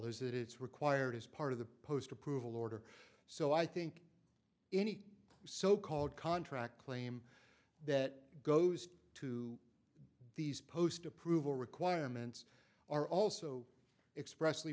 that it's required as part of the post approval order so i think any so called contract claim that goes to these post approval requirements are also express